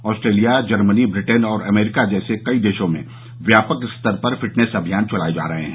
Australia Germany Britain और America जैसे कई देशों में व्यापक स्तर पर फिटनेस अभियान चलाए जा रहे हैं